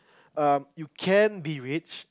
um you can be rich